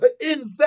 Invest